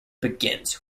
begins